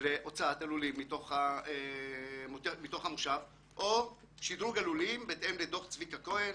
להוצאת הלולים מתוך המושב או שדרוג הלולים בהתאם לדוח צביקה כהן